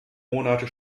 monate